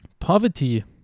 Poverty